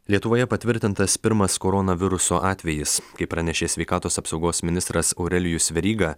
lietuvoje patvirtintas pirmas koronaviruso atvejis kaip pranešė sveikatos apsaugos ministras aurelijus veryga